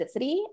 toxicity